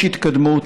יש התקדמות,